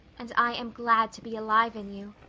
and i am glad to be alive in you.